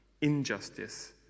injustice